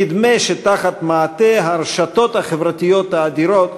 נדמה שתחת מעטה הרשתות החברתיות האדירות